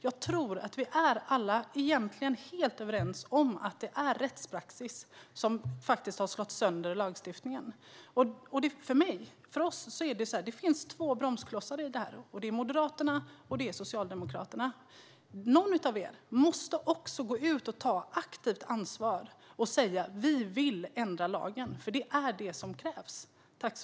Jag tror att vi alla egentligen är helt överens om att det är rättspraxis som faktiskt har slagit sönder lagstiftningen. Enligt oss finns det två bromsklossar i det här, och det är Moderaterna och Socialdemokraterna. Någon av er måste ta aktivt ansvar och gå ut och säga: Vi vill ändra lagen. Det är det som krävs.